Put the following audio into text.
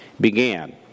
began